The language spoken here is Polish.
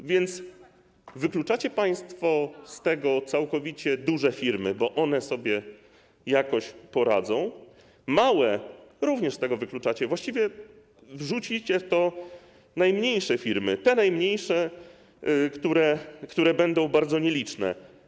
A więc wykluczacie państwo z tego całkowicie duże firmy, bo one sobie jakoś poradzą, małe również z tego wykluczacie, właściwie wrzucicie w to najmniejsze firmy, te najmniejsze, które będą bardzo nieliczne.